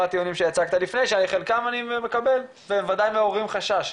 הטיעונים שהצגת לפני שאת חלקם אני מקבל וודאי מעוררים חשש.